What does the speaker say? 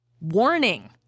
Warning